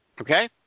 Okay